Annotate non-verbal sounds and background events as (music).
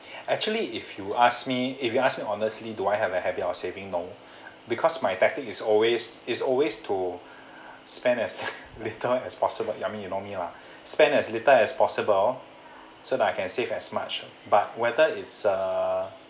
actually if you ask me if you ask me honestly do I have a habit of saving no (breath) because my tactic is always is always to spend as (laughs) little as possible ya me you know me lah (breath) spend as little as possible so that I can save as much but whether it's a